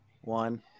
One